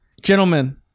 Gentlemen